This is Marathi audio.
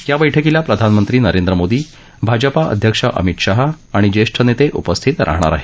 या बैठकीला प्रधानमंत्री नरेंद्र मोदी भाजपा अध्यक्ष अमित शाह आणि ज्येष्ठ नेते उपस्थित राहणार आहेत